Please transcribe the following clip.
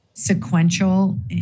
sequential